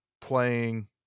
playing